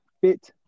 Fit